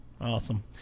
awesome